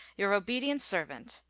your obedient servant,